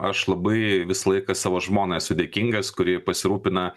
aš labai visą laiką savo žmonai esu dėkingas kuri pasirūpina